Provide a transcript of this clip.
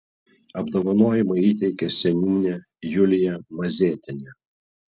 apdovanojimą įteikė seniūnė julija mazėtienė